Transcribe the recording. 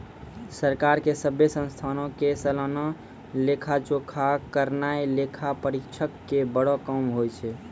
सरकार के सभ्भे संस्थानो के सलाना लेखा जोखा करनाय लेखा परीक्षक के बड़ो काम होय छै